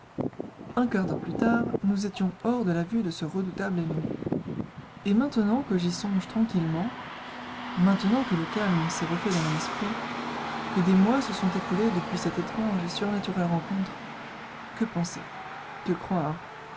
un quart d'heure plus tard nous étions hors de la vue de ce redoutable ennemi et maintenant que j'y songe tranquillement maintenant que le calme s'est refait dans mon esprit que des mois se sont écoulés depuis cette étrange et surnaturelle rencontre que penser que croire